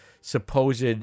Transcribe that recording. supposed